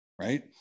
Right